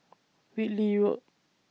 Whitley Road